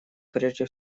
прежде